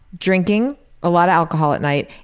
drinking a lot of alcohol at night,